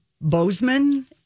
Bozeman